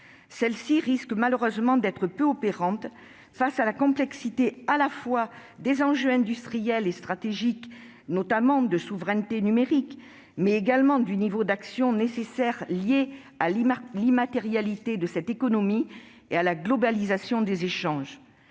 de loi risque malheureusement d'être peu opérante face à la complexité des enjeux industriels et stratégiques, notamment en matière de souveraineté numérique, mais également face au niveau d'action nécessaire lié à l'immatérialité de cette économie et à la globalisation des échanges.